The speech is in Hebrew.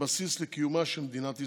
כבסיס לקיומה של מדינת ישראל,